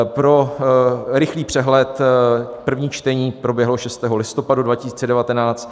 Pro rychlý přehled: První čtení proběhlo 6. listopadu 2019.